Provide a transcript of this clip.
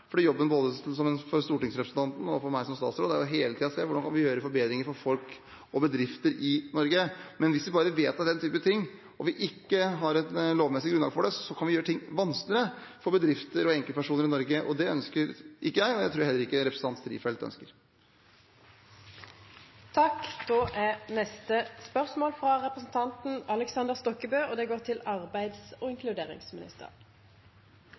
Jobben både for stortingsrepresentanten og for meg som statsråd er hele tiden å se på hvordan vi kan gjøre forbedringer for folk og bedrifter i Norge. Men hvis vi bare vedtar den type ting og ikke har et lovmessig grunnlag for det, kan vi gjøre ting vanskeligere for bedrifter og enkeltpersoner i Norge. Det ønsker ikke jeg, og det tror jeg heller ikke representanten Strifeldt